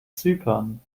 zypern